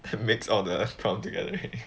it makes out the crowd together right